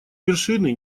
вершины